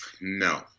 no